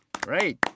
Great